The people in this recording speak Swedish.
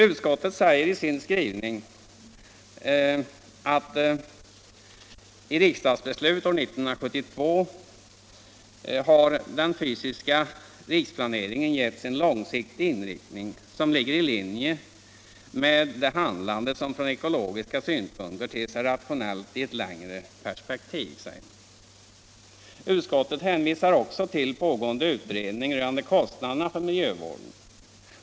Utskottet säger i sin skrivning att i riksdagsbeslutet år 1972 har den fysiska riksplaneringen getts en långsiktig inriktning som ligger i linje med det handlande som från ekologiska synpunkter ter sig rationellt i ett längre perspektiv. Utskottet hänvisar också till pågående utredning rörande kostnaderna för miljövården.